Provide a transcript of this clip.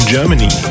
Germany